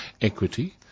Equity